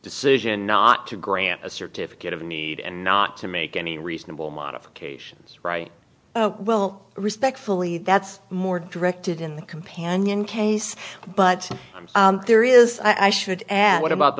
decision not to grant a certificate of need and not to make any reasonable modifications right well respectfully that's more directed in the companion case but there is i should add what about the